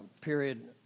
period